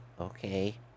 okay